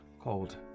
cold